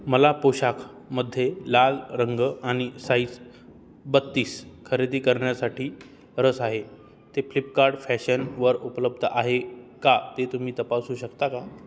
मला पोशाखमध्ये लाल रंग आणि साइज बत्तीस खरेदी करण्यासाठी रस आहे ते फ्लिपकार्ट फॅशनवर उपलब्ध आहे का ते तुम्ही तपासू शकता का